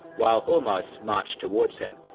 while hormozd marched towards him.